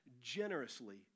generously